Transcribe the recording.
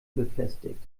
befestigt